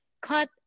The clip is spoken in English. Cut